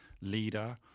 leader